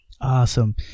Awesome